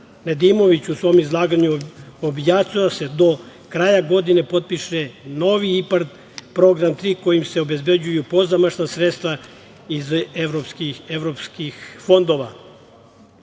Nedimović u svom izlaganju objasnio da se do kraja godine potpiše novi IPARD program Tri kojim se obezbeđuju pozamašna sredstva iz evropskih fondova.